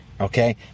Okay